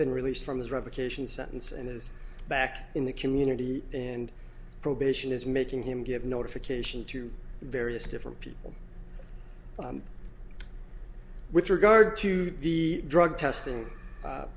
been released from his revocation sentence and is back in the community and probation is making him give notification to various different people with regard to the drug testing